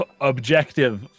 objective